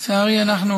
לצערי, אנחנו